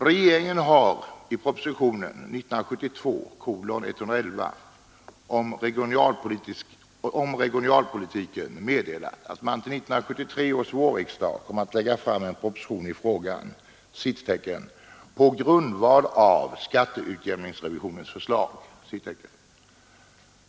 Regeringen har i propositionen 111 år 1972 om regionalpolitiken meddelat att man till 1973 års vårriksdag kommer att lägga fram en proposition i frågan ”på grundval av skatteutjämningsrevisionens förslag”.